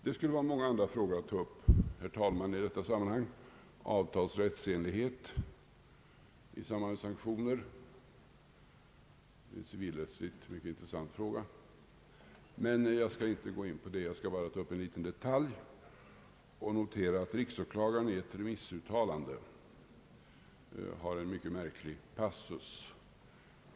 Det skulle vara många andra frågor, herr talman, att ta upp i detta sammanhang. Frågan om avtals rättsenlighet i samband med sanktioner är mycket intressant, men jag skall inte gå in på detta utan bara ta upp en liten detalj. Jag vill notera att riksåklagaren i ett remissuttalande har en mycket märklig passus.